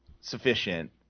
sufficient